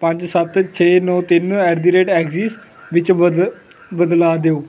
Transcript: ਪੰਜ ਸੱਤ ਛੇ ਨੌਂ ਤਿੰਨ ਐਟ ਦੀ ਰੇਟ ਐਕਜ਼ਿਜ਼ ਵਿੱਚ ਬਦਲ ਬਦਲਾ ਦਿਓ